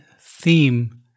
theme